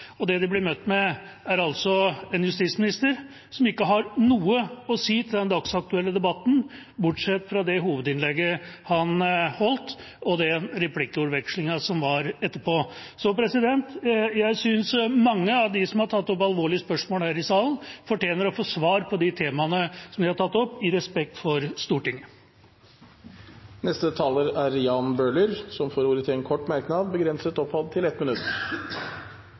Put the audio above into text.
Og det de blir møtt med, er en justisminister som ikke har noe å si til den dagsaktuelle debatten – bortsett fra i hovedinnlegget han holdt og i replikkordvekslingen som var etterpå. Jeg synes mange av dem som har tatt opp alvorlige spørsmål her i salen, fortjener å få svar på de temaene de har tatt opp, i respekt for Stortinget. Representanten Jan Bøhler har hatt ordet to ganger tidligere og får ordet til en kort merknad, begrenset til 1 minutt.